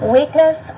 Weakness